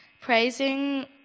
praising